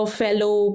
fellow